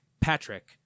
Patrick